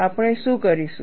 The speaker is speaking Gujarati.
આપણે શું કરીશું